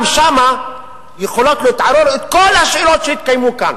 גם שם יכולות להתעורר כל השאלות שהתקיימו כאן,